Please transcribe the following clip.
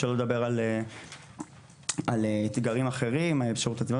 שלא לדבר על אתגרים אחרים בשירות הציבורי.